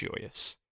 joyous